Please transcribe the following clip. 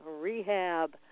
rehab